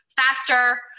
faster